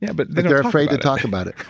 yeah but they're afraid to talk about it.